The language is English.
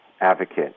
advocate